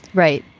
right.